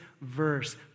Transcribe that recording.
verse